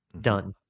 done